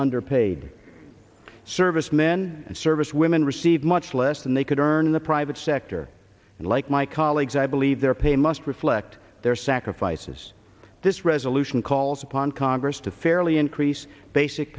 underpaid servicemen and servicewomen receive much less than they could earn in the private sector and like my colleagues i believe their pay must reflect their sacrifices this resolution calls upon congress to fairly increase basic